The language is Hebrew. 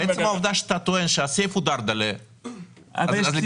תגיד לי, אבל אם